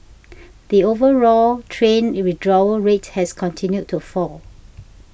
the overall train withdrawal rate has continued to fall